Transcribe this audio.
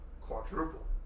Quadruple